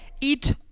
eat